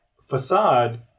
facade